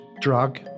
drug